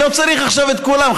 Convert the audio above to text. אני לא צריך עכשיו את כולם,